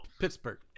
Pittsburgh